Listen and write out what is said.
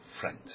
friend